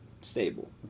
stable